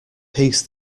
peace